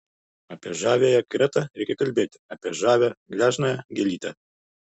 apie žaviąją kretą reikia kalbėti apie žavią gležnąją gėlytę